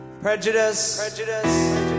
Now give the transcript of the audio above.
Prejudice